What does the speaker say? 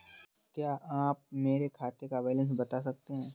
क्या आप मेरे खाते का बैलेंस बता सकते हैं?